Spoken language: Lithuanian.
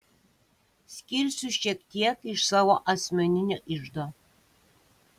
skirsiu šiek tiek iš savo asmeninio iždo